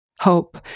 hope